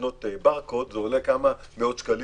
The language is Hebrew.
לקנות ברקוד עולה כמה מאות שקלים,